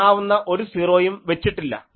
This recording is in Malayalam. കാണാവുന്ന ഒരു സീറോയും വച്ചിട്ടില്ല